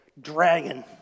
dragon